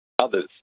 Others